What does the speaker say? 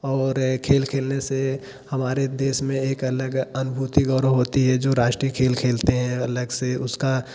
और खेल खेलने से हमारे देश में एक अलग अनुभूति गौरव होती है जो राष्ट्रीय खेल खेलते हैं अलग से उसका